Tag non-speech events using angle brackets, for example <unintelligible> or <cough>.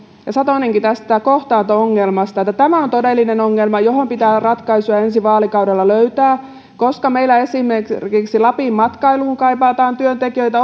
ja mistä satonenkin puhui eli tästä kohtaanto ongelmasta että tämä on todellinen ongelma johon pitää ratkaisuja ensi vaalikaudella löytää koska meillä esimerkiksi lapin matkailuun kaivataan työntekijöitä <unintelligible>